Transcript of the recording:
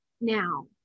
now